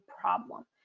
problem